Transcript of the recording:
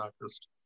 artist